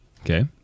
Okay